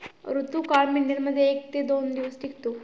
ऋतुकाळ मेंढ्यांमध्ये एक ते दोन दिवस टिकतो